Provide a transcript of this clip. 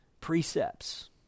precepts